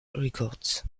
records